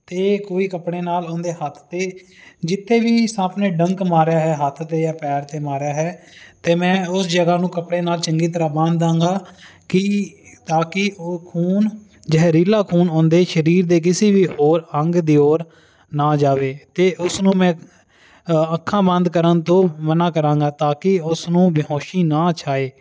ਤੇ ਕੋਈ ਕੱਪੜੇ ਨਾਲ ਉਨ ਦੇ ਹੱਥ ਤੇ ਜਿੱਥੇ ਵੀ ਸੱਪ ਨੇ ਡੰਗ ਮਾਰਿਆ ਹੈ ਹੱਥ ਤੇ ਜਾਂ ਪੈਰ ਤੇ ਮਾਰਿਆ ਹੈ ਤੇ ਮੈਂ ਉਸ ਜਗਾ ਨੂੰ ਕੱਪੜੇ ਨਾਲ ਚੰਗੀ ਤਰ੍ਹਾਂ ਬੰਨਦਾ ਗਾ ਕੀ ਤਾਂ ਕੀ ਉਹ ਖੂਨ ਜਹਿਰੀਲਾ ਖੂਨ ਉਨ ਦੇ ਸ਼ਰੀਰ ਦੇ ਕਿਸੇ ਵੀ ਹੋਰ ਅੰਗ ਦੀ ਔਰ ਨਾ ਜਾਵੇ ਤੇ ਉਸਨੂੰ ਮੈਂ ਇੱਕ ਅੱਖਾਂ ਬੰਦ ਕਰਨ ਤੋਂ ਮਨਾਂ ਕਰਾਂਗਾ ਤਾਂ ਕੀ ਉਸ ਨੂੰ ਬੇਹੋਸ਼ੀ ਨਾ ਛਾਏ